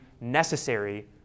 necessary